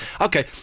Okay